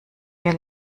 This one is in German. wir